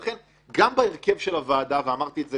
לכן גם בהרכב של הוועדה ואמרתי את זה